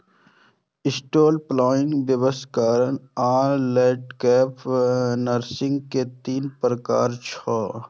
stretch plant, व्यावसायिक आ landscape plant nursery के तीन प्रकार छियै